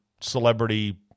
celebrity